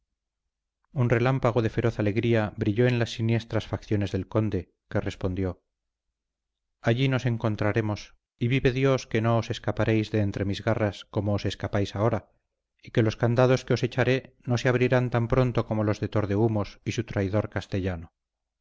un relámpago de feroz alegría brilló en las siniestras facciones del conde que respondió allí nos encontraremos y vive dios que no os escaparéis de entre mis garras como os escapáis ahora y que los candados que os echaré no se abrirán tan pronto como los de tordehumos y su traidor castellano